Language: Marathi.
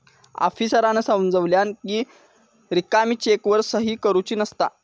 आफीसरांन समजावल्यानं कि रिकामी चेकवर सही करुची नसता